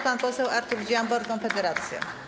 Pan poseł Artur Dziambor, Konfederacja.